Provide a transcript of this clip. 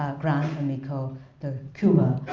gran amigo de cuba,